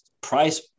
price